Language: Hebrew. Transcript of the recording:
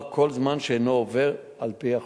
זמן שאינו עובר על החוק.